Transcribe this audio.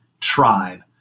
tribe